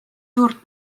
suurt